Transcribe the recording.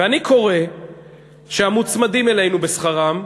ואני קורא שהמוצמדים אלינו בשכרם,